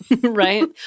Right